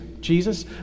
Jesus